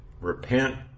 repent